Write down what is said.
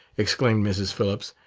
exclaimed mrs. phillips,